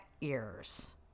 ears